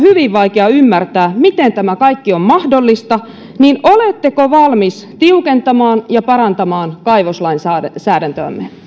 hyvin vaikea ymmärtää miten tämä kaikki on mahdollista oletteko valmis tiukentamaan ja parantamaan kaivoslainsäädäntöämme